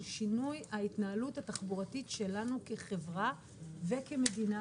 שינוי ההתנהלות התחבורתית שלנו כחברה וכמדינה.